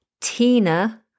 Tina